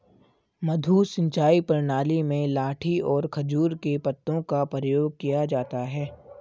मद्दू सिंचाई प्रणाली में लाठी और खजूर के पत्तों का प्रयोग किया जाता है